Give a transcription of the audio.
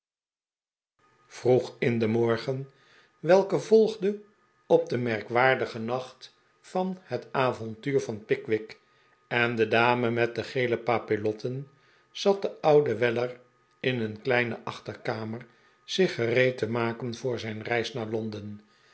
vroeg in den morgen welke volgde op den merkwaardigen nacht van het avontuur van pickwick en de dame met de gele papillotten za't de oude weller in een kleine achterkamer zich gereed te maken voor zijn reis naar londen